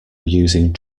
using